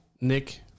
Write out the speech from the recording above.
Nick